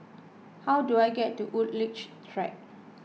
How do I get to Woodleigh Track